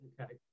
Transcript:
okay